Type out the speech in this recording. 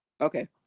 okay